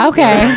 Okay